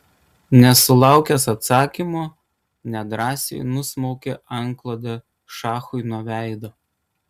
nesulaukęs atsakymo nedrąsiai nusmaukė antklodę šachui nuo veido